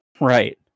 right